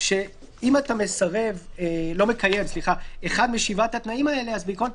שאם אתה לא עומד בכל התנאים אבל בעצם התנאי הכי דרמטי פה,